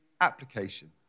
application